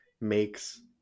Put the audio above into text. makes